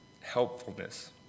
helpfulness